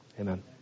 Amen